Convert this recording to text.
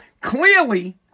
Clearly